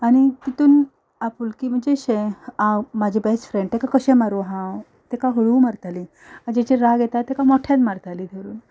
आनी तितून आपुलकी म्हणजे अशें म्हजो बेश्ट फ्रेंड ताका कशें मारूं हांव ताका हळू मारतालें आनी जो राग येता ताका मोठ्यान मारतालीं धरून